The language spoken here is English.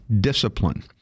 discipline